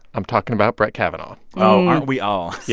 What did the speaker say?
i'm talking about brett kavanaugh oh, aren't we all?